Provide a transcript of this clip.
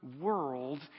world